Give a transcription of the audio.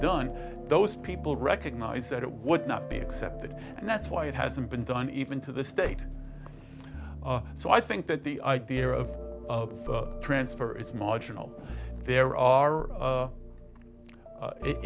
done those people recognize that it would not be accepted and that's why it hasn't been done even to the state so i think that the idea of of transfer is marginal there are